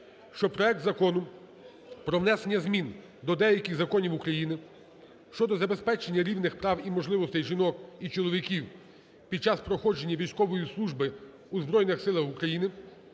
щоб проект Закону про внесення змін до деяких законів України щодо забезпечення рівних прав і можливостей жінок і чоловіків під час проходження служби у Збройних Силах України